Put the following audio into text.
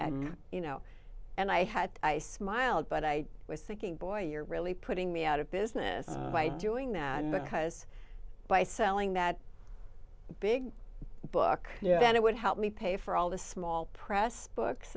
you know and i had i smiled but i was thinking boy you're really putting me out of business by doing that because by selling that big book and it would help me pay for all the small press books